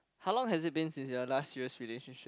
how long has it been since your last serious relationship